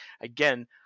again